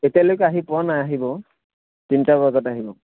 এতিয়ালৈকে আহি পোৱা নাই আহিব তিনিটা বজাত আহিব